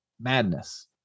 madness